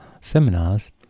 seminars